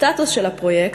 הסטטוס של הפרויקט,